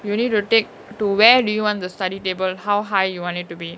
you need to take to where do you want the study table how high you want it to be